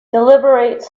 deliberate